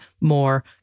more